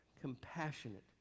compassionate